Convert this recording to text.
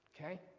Okay